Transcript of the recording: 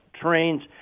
trains